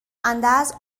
اندرز